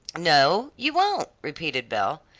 no, you won't, repeated belle,